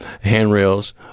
handrails